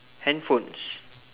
handphones